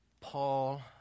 Paul